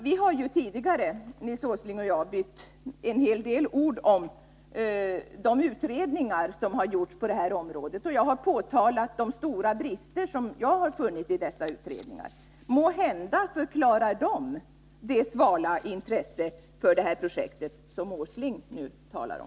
Vi har ju tidigare, Nils Åsling och jag, bytt en hel del ord om de utredningar som har gjorts på det här området, och jag har påtalat de stora brister som jag har funnit i dessa utredningar. Måhända förklarar de det svala intresse för det här projektet som Nils Åsling nu talar om.